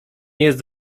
jest